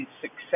success